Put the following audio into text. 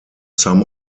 some